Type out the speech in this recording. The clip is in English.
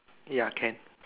ya can